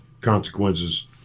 consequences